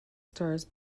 stars